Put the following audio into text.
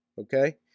okay